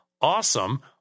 Awesome